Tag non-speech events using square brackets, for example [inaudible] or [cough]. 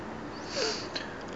[breath]